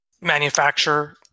manufacturer